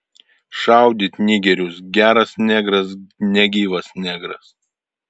šaudyt nigerius geras negras negyvas negras